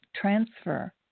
transfer